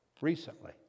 recently